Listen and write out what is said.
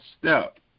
step